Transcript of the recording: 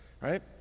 Right